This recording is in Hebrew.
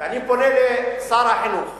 ואני פונה לשר החינוך: